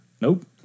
Nope